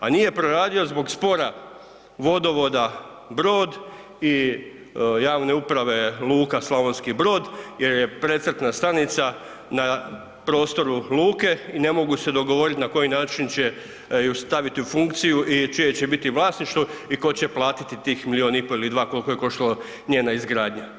Pa nije proradio zbog spora vodovoda Brod i javne uprave luka Slavonski Brod jer je precrtna stanica na prostoru luke i ne mogu se dogovoriti na koji način će ju staviti u funkciju i čije će biti vlasništvo i ko će platiti tih milijun i pol ili 2, koliko je koštalo njena izgradnja.